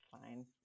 fine